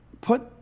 put